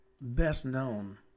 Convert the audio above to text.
best-known